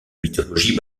mythologie